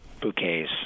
bouquets